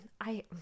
I-